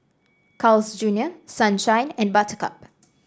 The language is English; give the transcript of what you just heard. Carl's Junior Sunshine and Buttercup